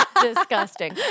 disgusting